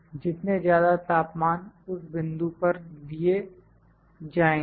जितने ज्यादा तापमान उस बिंदु पर लिए जाएंगे